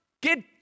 Get